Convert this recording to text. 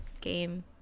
game